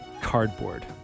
Cardboard